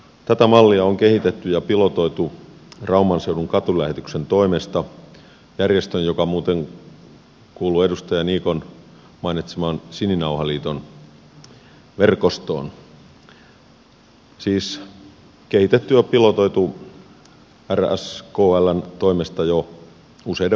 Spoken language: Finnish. tätä mallia on kehitetty ja pilotoitu rauman seudun katulähetyksen toimesta järjestön joka muuten kuuluu edustaja niikon mainitseman sininauhaliiton verkostoon jo useiden vuosien ajan